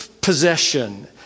possession